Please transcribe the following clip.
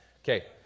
Okay